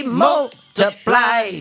multiply